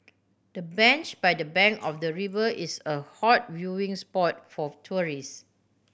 the bench by the bank of the river is a hot viewing spot for